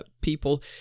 people